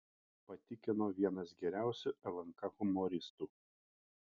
patikino vienas geriausių lnk humoristų